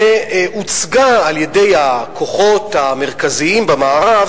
ואשר הוצגה על-ידי הכוחות המרכזיים במערב